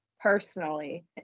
personally